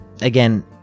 Again